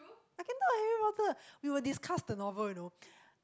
I can talk the Harry-Potter we will discuss the novel you know